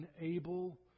unable